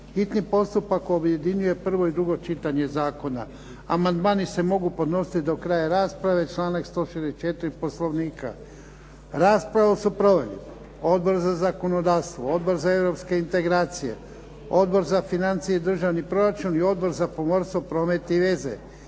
hitni postupak objedinjuje prvo i drugo čitanje zakona. Amandmani se mogu podnositi do kraja rasprave, članak 164. Poslovnika. Raspravu su proveli Odbor za zakonodavstvo, Odbor za europske integracije, Odbor za financije i državni proračun i Odbor za pomorstvo, promet i veze.